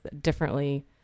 differently